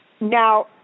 Now